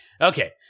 Okay